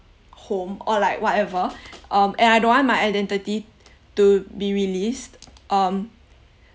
home or like whatever um and I don't want my identity to be released um